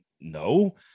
no